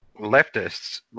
leftists